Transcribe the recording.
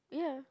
yeah